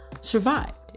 survived